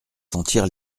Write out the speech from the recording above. sentir